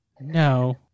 no